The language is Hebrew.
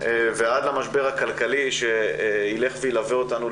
ועד המשבר הכלכלי שיילך וילווה אותנו,